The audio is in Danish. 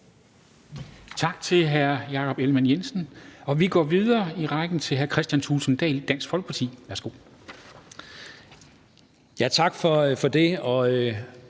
Tak til hr. Jakob Ellemann-Jensen. Vi går videre i rækken til hr. Kristian Thulesen Dahl, Dansk Folkeparti. Værsgo. Kl. 13:11 Spm.